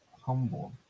humble